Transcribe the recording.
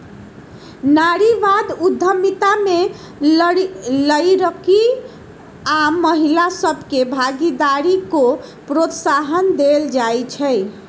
नारीवाद उद्यमिता में लइरकि आऽ महिला सभके भागीदारी को प्रोत्साहन देल जाइ छइ